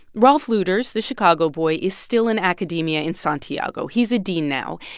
rolf luders, the chicago boy, is still in academia in santiago. he's a dean now.